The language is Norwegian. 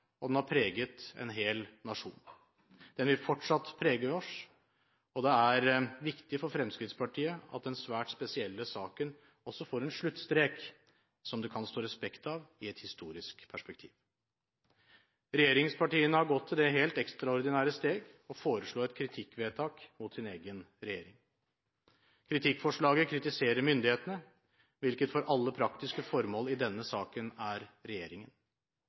og den har preget en hel nasjon. Den vil fortsatt prege oss, og det er viktig for Fremskrittspartiet at den svært spesielle saken også får en sluttstrek som det kan stå respekt av i et historisk perspektiv. Regjeringspartiene har gått til det helt ekstraordinære steg å foreslå et kritikkvedtak mot sin egen regjering. Kritikkforslaget kritiserer myndighetene, hvilket for alle praktiske formål i denne saken er regjeringen.